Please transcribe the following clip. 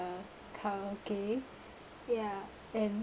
uh karaoke ya and